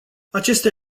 aceste